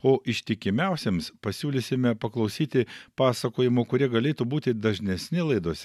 o ištikimiausiems pasiūlysime paklausyti pasakojimų kurie galėtų būti dažnesni laidose